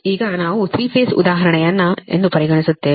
ಈಗ ನಾವು 3 ಪೇಸ್ ಉದಾಹರಣೆಯನ್ನು ಎಂದು ಪರಿಗಣಿಸುತ್ತೇವೆ